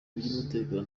by’umutekano